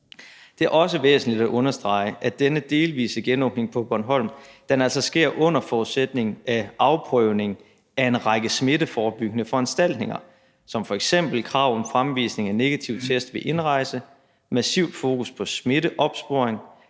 Det er også væsentligt at understrege, at den delvise genåbning af Bornholm altså sker under forudsætning af afprøvning af en række smitteforebyggende foranstaltninger som f.eks. krav om fremvisning af negativ test ved indrejse, massivt fokus på smitteopsporing